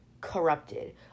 corrupted